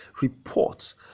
reports